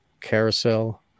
carousel